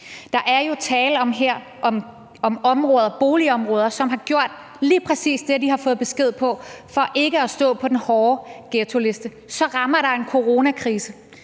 Der er jo her tale om boligområder, som har gjort lige præcis det, de har fået besked på, for ikke at stå på den hårde ghettoliste. Så rammer der en coronakrise,